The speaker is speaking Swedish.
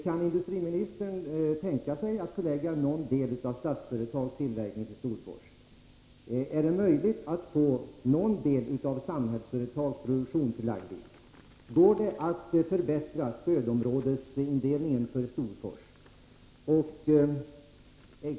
Kan industriministern tänka sig att förlägga någon del av Statsföretags tillverkning till Storfors? Är det möjligt att få någon del av Samhällsföretags produktion förlagd dit? Går det att förbättra stödområdesindelningen för Storfors del?